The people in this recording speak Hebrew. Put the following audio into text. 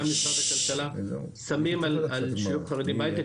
גם משרד הכלכלה שמים על שילוב חרדים בהיי-טק